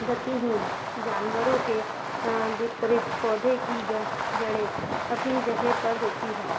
गतिहीन जानवरों के हाँ विपरीत पौधे की ज जड़ें अपनी जगह पर होती हैं